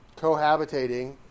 cohabitating